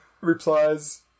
replies